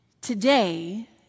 Today